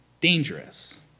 dangerous